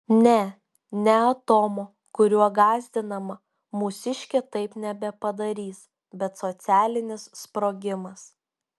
ne ne atomo kuriuo gąsdinama mūsiškė taip nebepadarys bet socialinis sprogimas